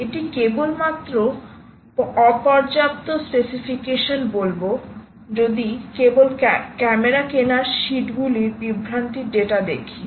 এটি কেবলমাত্র আমি অপর্যাপ্ত স্পেসিফিকেশন বলব যদি কেবল ক্যামেরা কেনার শিটগুলির বিভ্রান্তিকর ডেটা দেখি